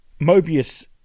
Mobius